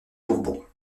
bourbons